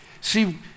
See